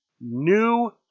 new